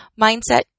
mindset